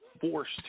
forced